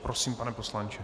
Prosím, pane poslanče.